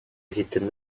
egiten